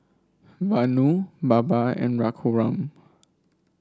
Vanu Baba and Raghuram